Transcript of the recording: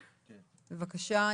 בבקשה.